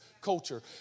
culture